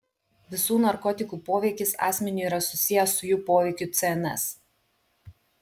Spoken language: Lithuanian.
visų narkotikų poveikis asmeniui yra susijęs su jų poveikiu cns